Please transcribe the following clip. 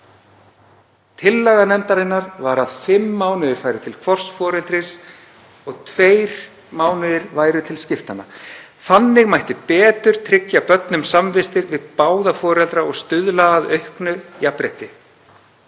Tillaga nefndarinnar var að fimm mánuðir færu til hvors foreldris og tveir mánuðir væru til skiptanna. Þannig mætti betur tryggja börnum samvistir við báða foreldra og stuðla að auknu jafnrétti.